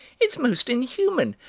it's most inhuman!